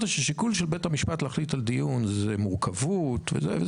שיקול בית המשפט הוא מורכבות וכולי,